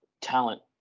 talent